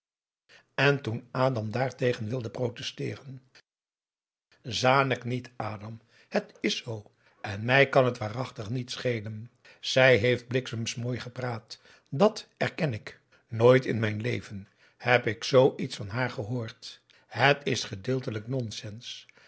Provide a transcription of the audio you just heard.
en toen adam daartegen wilde protesteeren zanik niet a het is zoo en mij kan het waarachtig niet schelen zij heeft bliksems mooi gepraat dat erken ik nooit in mijn leven heb ik zoo iets van haar gehoord het is gedeeltelijk nonsense